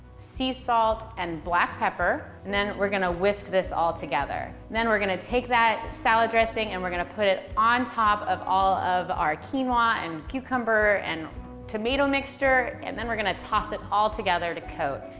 sea salt, and black pepper, and then we're gonna whisk this all together. then we're going to take that salad dressing, and we're going to put it on top of all of our quinoa ah and cucumber and tomato mixture. and then we're going to toss it all together to coat.